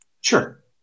sure